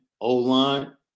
O-line